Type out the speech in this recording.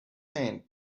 paint